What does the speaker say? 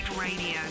Radio